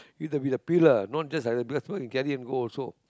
eat a bit of pill lah not just like that bless will get him go also